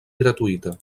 gratuïta